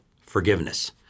forgiveness